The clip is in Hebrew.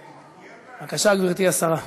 בבקשה, גברתי השרה.